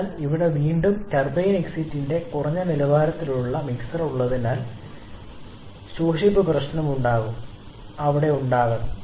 അതിനാൽ ഇവിടെ വീണ്ടും ടർബൈൻ എക്സിറ്റിന്റെ കുറഞ്ഞ നിലവാരമുള്ള മിക്സർ ഉള്ളതിനാൽ മണ്ണൊലിപ്പ് പ്രശ്നം ഉണ്ടാകും അവിടെ ഉണ്ടാകണം